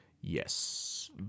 Yes